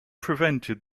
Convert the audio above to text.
prevented